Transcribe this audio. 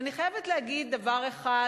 ואני חייבת להגיד דבר אחד,